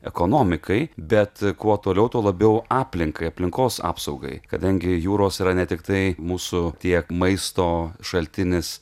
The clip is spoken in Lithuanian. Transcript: ekonomikai bet kuo toliau tuo labiau aplinkai aplinkos apsaugai kadangi jūros yra ne tiktai mūsų tiek maisto šaltinis